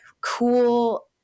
cool